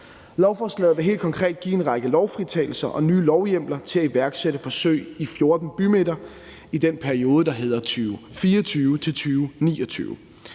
Lovforslaget vil helt konkret give en række lovfritagelser og nye lovhjemler til at iværksætte forsøg i 14 bymidter i den periode, der hedder 2024-2029.